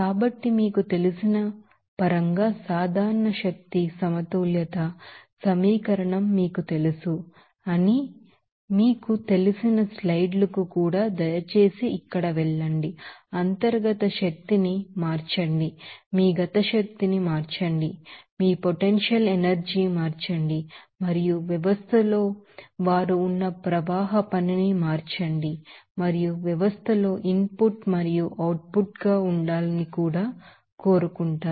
కాబట్టి మీకు తెలిసిన పరంగా జనరల్ ఎనర్జీ బాలన్స్ ఈక్వేషన్ మీకు తెలుసు అని మీకు తెలిసినస్లైడ్ లకు కూడా దయచేసి ఇక్కడ వెళ్ళండి ఇంటర్నల్ ఎనర్జీని మార్చండి మీ కైనెటిక్ ఎనెర్జి మార్చండి మీ పొటెన్షియల్ ఎనెర్జిని మార్చండి మరియు వ్యవస్థలో వారు ఉన్న ప్రవాహ పనిని మార్చండి మరియు వ్యవస్థలో ఇన్ పుట్ మరియు అవుట్ పుట్ గా ఉండాలని కూడా కోరుకుంటారు